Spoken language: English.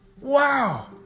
Wow